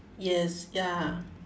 yes ya